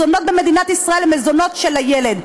בקשה לעריכת שומת השבחה לצורך הערכת כדאיות עסקה),